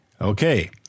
Okay